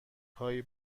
هایی